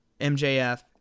MJF